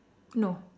no